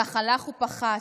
// כך הלך ופחת